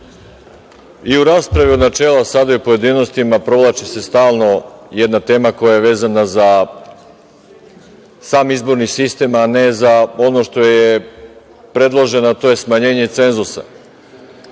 i u raspravi u načelu, a sada i u pojedinostima, provlači se stalno jedna tema koja je vezana za sam izborni sistem, a ne za ono što je predloženo, a to je smanjenje cenzusa.